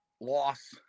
loss